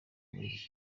muri